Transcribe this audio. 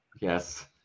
Yes